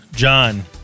John